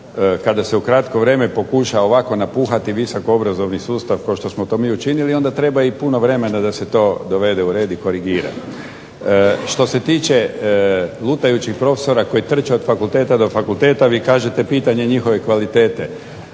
kada se u kratko vrijeme pokuša ovako napuhati visoko obrazovni sustav kao što smo to mi učinili onda treba i puno vremena da se to dovede u red i korigira. Što se tiče lutajućih profesora koji trče od fakulteta do fakulteta, vi kažete pitanje njihove kvalitete.